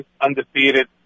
undefeated